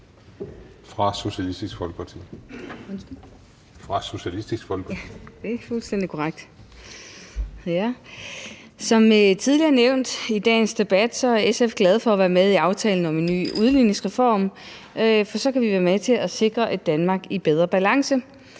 fra Socialistisk Folkeparti. Kl. 18:19 (Ordfører) Charlotte Broman Mølbæk (SF): Ja, det er fuldstændig korrekt. Som tidligere nævnt i dagens debat er SF glad for at være med i aftalen om en ny udligningsreform, for så kan vi være med til at sikre et Danmark i bedre balance.